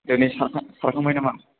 दिनै सारखां सारखांबाय नामा